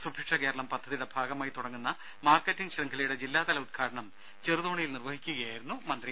സുഭിക്ഷ കേരളം പദ്ധതിയുടെ ഭാഗമായി തുടങ്ങുന്ന മാർക്കറ്റിംഗ് ശൃംഖലയുടെ ജില്ലാതല ഉദ്ഘാടനം ചെറുതോണിയിൽ നിർവഹിക്കുകയായിരുന്നു മന്ത്രി